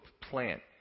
plant